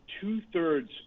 two-thirds